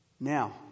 Now